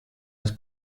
his